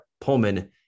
Pullman